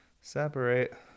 separate